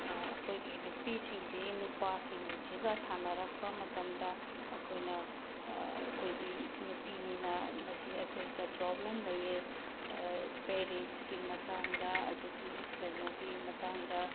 ꯑꯩꯈꯣꯏꯒꯤ ꯅꯨꯄꯤꯁꯤꯡꯁꯤ ꯅꯨꯄꯥꯁꯤꯡꯁꯤꯒ ꯁꯥꯟꯅꯔꯛꯄ ꯃꯇꯝꯗ ꯑꯩꯈꯣꯏꯅ ꯑꯩꯈꯣꯏꯗꯤ ꯅꯨꯄꯤꯅꯤꯅ ꯃꯁꯤ ꯑꯩꯈꯣꯏꯗ ꯄ꯭ꯔꯣꯕ꯭ꯂꯦꯝ ꯂꯩꯌꯦ ꯄꯦꯔꯤꯌꯦꯠꯁꯀꯤ ꯃꯇꯥꯡꯗ ꯑꯗꯨꯒꯤ ꯀꯩꯅꯣꯒꯤ ꯃꯇꯥꯡꯗ